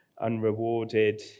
unrewarded